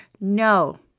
No